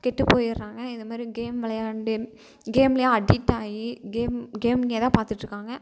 கெட்டு போயிடுறாங்க இது மாதிரி கேம் விளையாண்டு கேமிலே அடிக்ட் ஆகி கேம் கேமிலே தான் பார்த்துட்ருக்காங்க